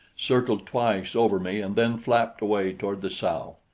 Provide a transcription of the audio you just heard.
circled twice over me and then flapped away toward the south.